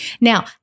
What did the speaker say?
now